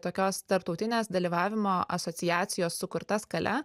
tokios tarptautinės dalyvavimo asociacijos sukurta skale